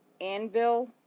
Anvil